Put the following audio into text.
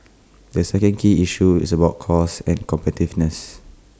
the second key issue is about costs and competitiveness